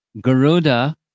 Garuda